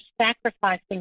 sacrificing